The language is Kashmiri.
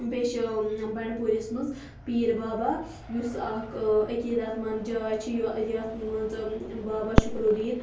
بیٚیہِ چھ بَنڈپوٗرِس مَنٛز پیٖر بابا یُس اکھ عقیٖدَت مَنٛد جاے چھِ یتھ مَنٛز بابا شُکرُالدیٖن